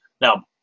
now